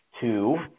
Two